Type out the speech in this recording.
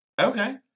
Okay